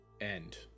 End